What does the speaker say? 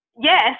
Yes